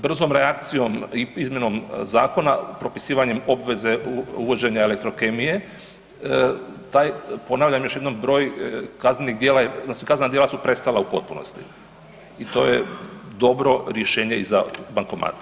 Brzom reakcijom i izmjenom zakona propisivanjem obveze uvođenja elektrokemije taj ponavljam još jednom broj kaznenih djela odnosno kaznena djela su prestala u potpunosti i to je dobro rješenje i za bankomate.